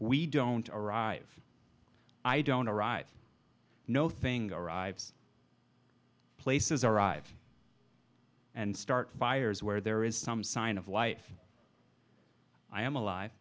we don't arrive i don't know thing arrives places arrive and start fires where there is some sign of life i am alive